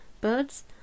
birds